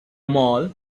mall